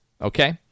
Okay